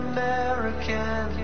American